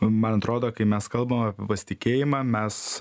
man atrodo kai mes kalbam apie pasitikėjimą mes